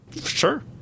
Sure